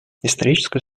историческую